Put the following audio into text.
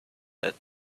said